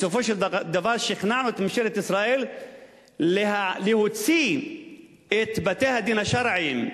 בסופו של דבר שכנענו את ממשלת ישראל להוציא את בתי-הדין השרעיים,